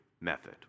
method